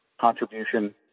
contribution